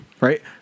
right